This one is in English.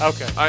Okay